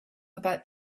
about